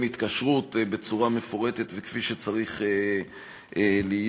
ההתקשרות בצורה מפורטת וכפי שצריך להיות,